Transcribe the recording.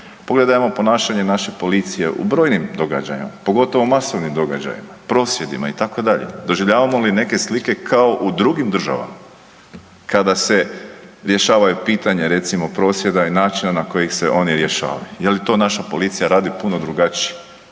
Pogledajmo ponašanje naše policije u brojnim događanjima, pogotovo masovnim događajima, prosvjedima itd. Doživljavamo li neke slike kao u drugim državama kada se rješavaju pitanje recimo prosvjeda i načina na koji ih se oni rješavaju? Je li to naša policija radi puno drugačije?